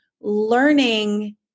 learning